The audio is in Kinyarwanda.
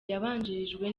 yabanjirijwe